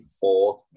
four